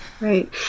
right